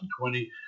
2020